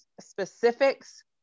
specifics